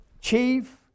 chief